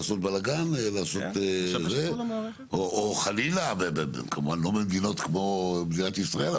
לעשות בלגאן או חלילה כמובן לא במדינות כמו מדינת ישראל,